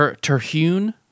Terhune